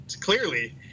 clearly